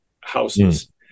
houses